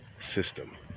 system